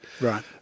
Right